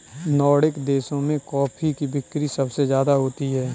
Nordic देशों में coffee की बिक्री सबसे ज्यादा होती है